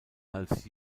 als